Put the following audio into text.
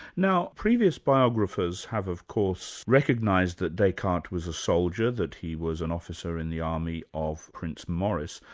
now previous biographers have of course recognised that descartes was a soldier, that he was an officer in the army of prince maurice,